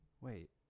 Wait